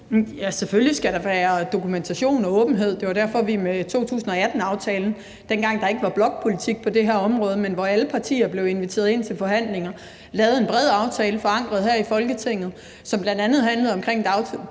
(V): Selvfølgelig skal der være dokumentation og åbenhed. Det var derfor, vi med 2018-aftalen, dengang der ikke var blokpolitik på det her område, men hvor alle partier blev inviteret ind til forhandlinger, lavede en bred aftale forankret her i Folketinget, som bl.a. handlede om